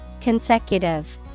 Consecutive